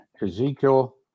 Ezekiel